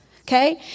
okay